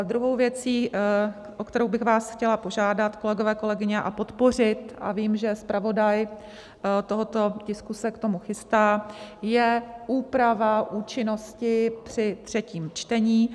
Druhou věcí, o kterou bych vás chtěla požádat, kolegové, kolegyně, a podpořit, a vím, že zpravodaj tohoto tisku se k tomu chystá, je úprava účinnosti při třetím čtení.